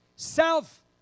Self